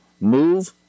Move